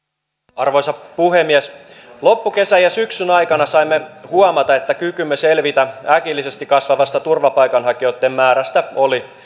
arvoisa puhemies loppukesän ja syksyn aikana saimme huomata että kykymme selvitä äkillisesti kasvavasta turvapaikanhakijoitten määrästä oli